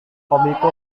hobiku